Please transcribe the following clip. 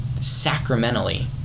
sacramentally